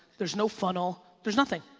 there's no funnel, there's nothing.